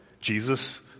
Jesus